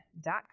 dot